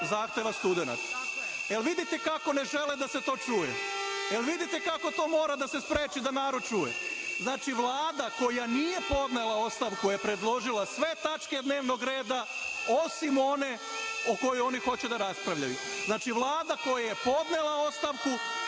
zahteva studenata. Jel vidite kako ne žele da se to čuje? Jel vidite kako to mora da se spreči da narod čuje. Znači, Vlada koja nije podnela ostavku je predložila sve tačke dnevnog reda osim one o kojoj oni hoće da raspravljaju. Znači, Vlada koja je podnela ostavku